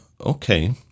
okay